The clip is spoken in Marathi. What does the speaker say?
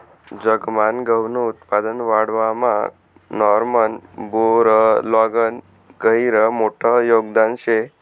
जगमान गहूनं उत्पादन वाढावामा नॉर्मन बोरलॉगनं गहिरं मोठं योगदान शे